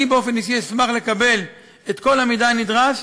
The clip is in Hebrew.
אני באופן אישי אשמח לקבל את כל המידע הנדרש,